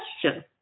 question